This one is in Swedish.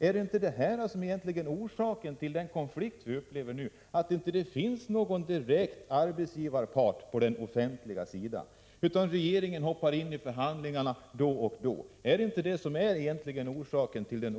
Är det inte egentligen detta som är orsaken till den konflikt och den oreda som vi upplever just nu = att det inte finns någon direkt arbetsgivarpart på den offentliga sidan utan att regeringen hoppar in i förhandlingarna då och då?